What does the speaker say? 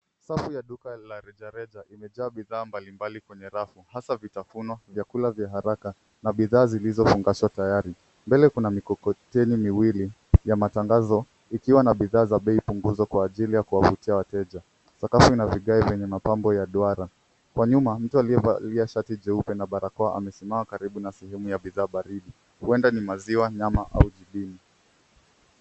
Safu ya duka la rejareja iejaa bidhaa mbalimbali kwenye rafu hasa vitafuno, vyakula vya haraka na bidhaa vilivyofungashwa tayari. Mbele kuna mikokoteni miwili ya matangazo ikiwa na bidhaa za bei punguzo kwa ajili ya kuwavutia wateja. Sakafu ina vigae vyenye mapambo ya duara. Kwa nyuma mtu aliyevalia shati jeupe na barakoa amesimama karibu na sehemu ya bidhaa baridi huenda ni maziwa . nyama au jibini.